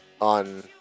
On